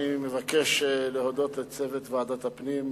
אני מבקש להודות לצוות ועדת הפנים,